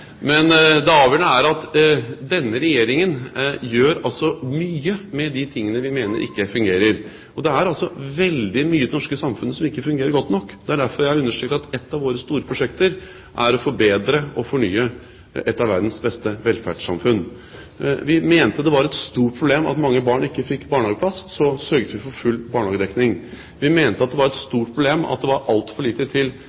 men det avgjørende er at denne regjeringen gjør mye med de tingene vi mener ikke fungerer. Det er altså veldig mye i det norske samfunnet som ikke fungerer godt nok. Det er derfor jeg understreker at et av våre store prosjekter er å forbedre og fornye et av verdens beste velferdssamfunn. Vi mente det var et stort problem at mange barn ikke fikk barnehageplass. Så sørget vi for full barnehagedekning. Vi mente at det var et stort problem at det var altfor lite til